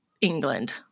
England